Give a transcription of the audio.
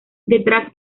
detrás